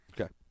Okay